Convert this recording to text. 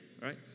right